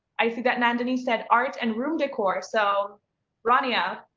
i see that nandini said art and room decor. so rania,